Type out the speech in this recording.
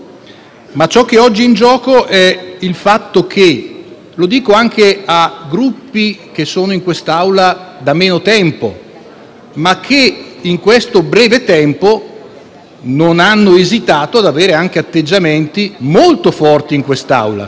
Ciò che oggi è in gioco è altro, e lo dico anche a Gruppi che sono in quest'Aula da meno tempo e che in questo breve tempo non hanno esitato ad avere qui atteggiamenti molto forti: attenzione,